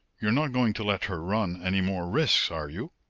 you are not going to let her run any more risks, are you?